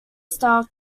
style